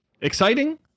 exciting